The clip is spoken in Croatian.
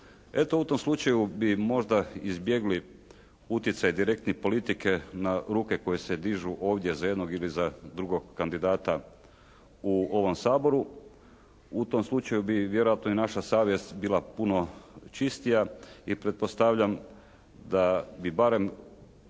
Eto, u tom slučaju bi možda izbjegli utjecaj direktni politike na ruke koje se dižu ovdje za jednog ili za drugog kandidata u ovom Saboru. U tom slučaju bi vjerojatno i naša savjest bila puno čistija i pretpostavljam da bi barem